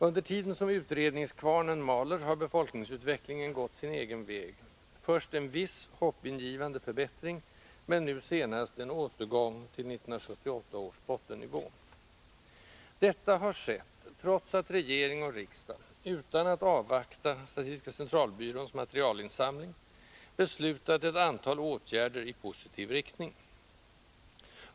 Under tiden som utredningskvarnen maler har befolkningsutvecklingen gått sin egen väg: först en viss, hoppingivande förbättring, men nu senast en återgång till 1978 års bottennivå. Detta har skett trots att regering och riksdag —- utan att avvakta statistiska centralbyråns materialinsamling — beslutat ett antal åtgärder i positiv riktning.